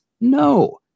No